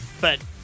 But-